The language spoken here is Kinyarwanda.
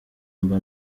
mba